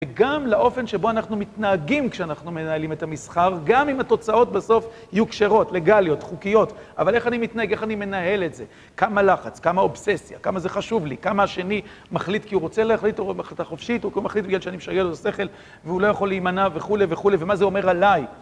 וגם לאופן שבו אנחנו מתנהגים כשאנחנו מנהלים את המסחר, גם אם התוצאות בסוף יוגשרות, לגאליות, חוקיות. אבל איך אני מתנהג, איך אני מנהל את זה? כמה לחץ, כמה אובססיה, כמה זה חשוב לי? כמה השני מחליט כי הוא רוצה להחליט החלטה החופשית, או כי הוא מחליט בגלל שאני משגע לו את השכל, והוא לא יכול להימנע וכו' וכו', ומה זה אומר עליי?